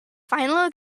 final